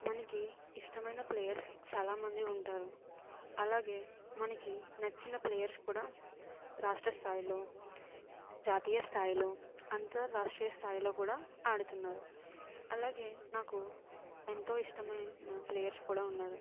మనకి ఇష్టమైన ప్లేయర్స్ చాలా మంది ఉంటారు అలాగే మనకి నచ్చిన ప్లేయర్స్ కూడా రాష్ట్రస్థాయిలో జాతీయ స్థాయిలో అంతర్రాష్ట్రీయ స్థాయిలో కూడా ఆడుతున్నారు అలాగే నాకు ఎంతో ఇష్టమైన ప్లేయర్స్ కూడా ఉన్నారు